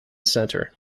center